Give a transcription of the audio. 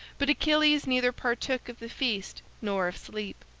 but achilles neither partook of the feast nor of sleep.